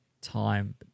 time